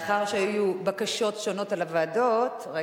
ההצעה להעביר את הנושא לוועדה שתקבע